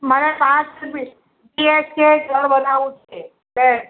મારે સાત બીએચકે ઘર બનાવવું છે એમ